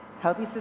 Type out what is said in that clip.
Healthy